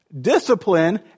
discipline